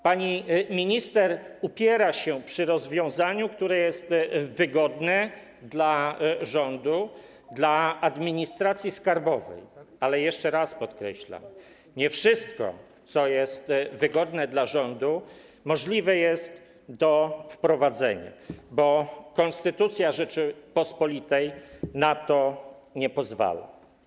Pani minister upiera się przy rozwiązaniu, które jest wygodne dla rządu, dla administracji skarbowej, ale jeszcze raz podkreślam: nie wszystko, co jest wygodne dla rządu, jest możliwe do wprowadzenia, bo Konstytucja Rzeczypospolitej Polskiej na to nie pozwala.